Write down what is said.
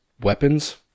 weapons